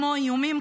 כמו איומים,